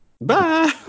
Bye